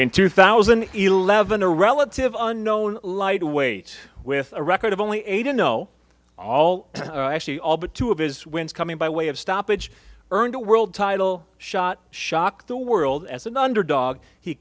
in two thousand and eleven a relative unknown lightweight with a record of only eight i know all actually all but two of his wins coming by way of stoppage earned a world title shot shocked the world as an underdog he